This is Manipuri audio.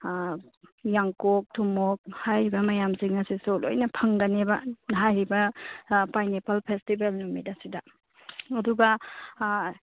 ꯌꯥꯡꯀꯣꯛ ꯊꯨꯝꯃꯣꯛ ꯍꯥꯏꯔꯤꯕ ꯃꯌꯥꯝꯁꯤꯡ ꯑꯁꯤꯁꯨ ꯂꯣꯏꯅ ꯐꯪꯒꯅꯦꯕ ꯍꯥꯏꯔꯤꯕ ꯑꯥ ꯄꯥꯏꯅꯦꯄꯜ ꯐꯦꯁꯇꯤꯕꯦꯜ ꯅꯨꯃꯤꯠ ꯑꯁꯤꯗ ꯑꯗꯨꯒ